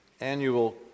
annual